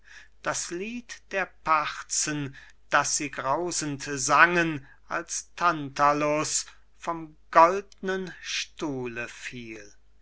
gern das lied der parzen das sie grausend sangen als tantalus vom goldnen stuhle fiel